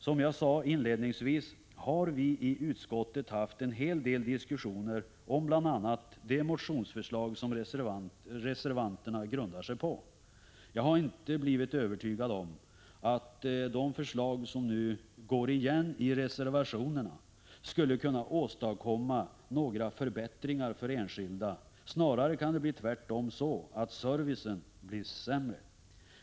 Som jag sade inledningsvis har vi i utskottet haft en hel del diskussioner om bl.a. de motionsförslag som reservanterna grundar sig på. Jag har inte blivit övertygad om att de förslag som nu går igen i reservationerna skulle kunna åstadkomma några förbättringar för enskilda; snarare kan det tvärtom bli så att servicen blir sämre.